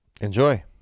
enjoy